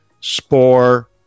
spore